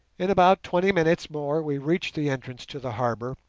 in about twenty minutes more we reached the entrance to the harbour,